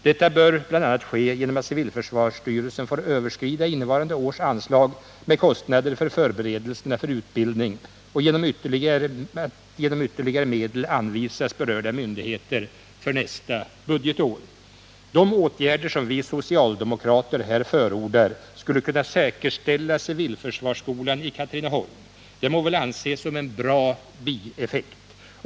Detta bör bl.a. ske genom att civilförsvarsstyrelsen får överskrida innevarande års anslag med kostnader för förberedelserna för utbildningen, och genom att ytterligare medel anvisas berörda myndigheter för nästa budgetår. De åtgärder som vi socialdemokrater här förordar skulle kunna säkerställa civilförsvarsskolan i Katrineholm. Det må väl ses som en bra bieffekt.